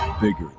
bigger